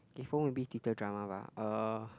kaypoh maybe people drama bah uh